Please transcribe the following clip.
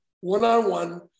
one-on-one